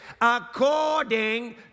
according